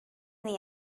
the